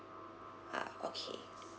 ah okay